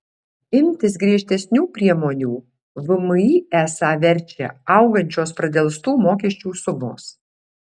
imtis griežtesnių priemonių vmi esą verčia augančios pradelstų mokesčių sumos